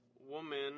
woman